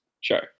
sure